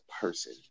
person